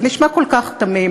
זה נשמע כל כך תמים.